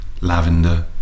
Lavender